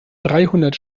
dreihundert